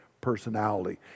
personality